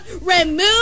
Remove